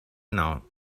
now